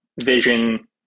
vision